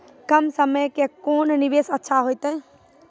कम समय के कोंन निवेश अच्छा होइतै?